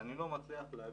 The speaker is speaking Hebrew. אז אני לא מצליח להבין,